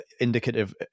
indicative